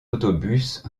autobus